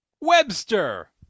webster